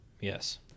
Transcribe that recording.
Yes